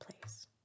place